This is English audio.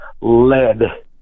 lead